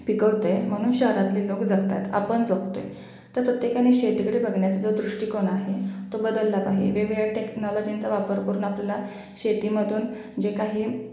पिकवतं आहे म्हणून शहरातले लोक जगत आहेत आपण जगतो आहे तर प्रत्येकाने शेतीकडे बघण्याचा जो दृष्टिकोन आहे तो बदलला पाहे वेगवेगळ्या टेक्नॉलॉजींचा वापर करून आपल्याला शेतीमधून जे काही